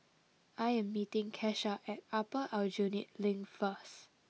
I am meeting Kesha at Upper Aljunied Link first